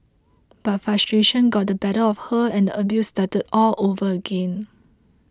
but frustration got the better of her and abuse started all over again